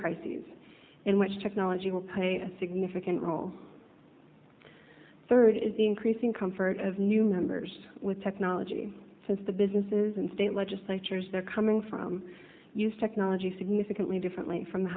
crises in which technology will pay a significant role third is the increasing comfort of new members with technology since the businesses and state legislatures they're coming from use technology significantly differently from the